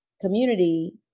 community